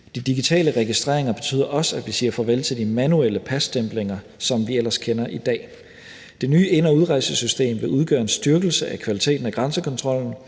De digitale registreringer betyder også, at vi siger farvel til de manuelle passtemplinger, som vi ellers kender i dag. Det nye ind- og udrejsesystem vil udgøre en styrkelse af kvaliteten af grænsekontrollen,